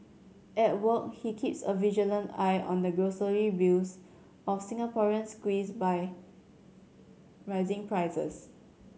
at work he keeps a vigilant eye on the grocery bills of Singaporeans squeezed by rising prices